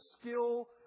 skill